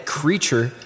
creature